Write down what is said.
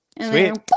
Sweet